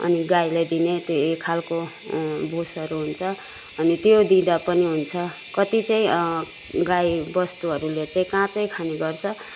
अनि गाईलाई दिने एक खालको भुसहरू हुन्छ अनि त्यो दिँदा पनि हुन्छ कति चाहिँ गाईवस्तुहरूले चाहिँ काँचै खाने गर्छ